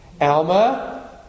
Alma